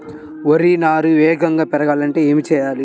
వరి నారు వేగంగా పెరగాలంటే ఏమి చెయ్యాలి?